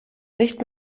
nicht